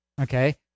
Okay